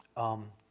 um,